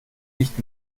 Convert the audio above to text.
nicht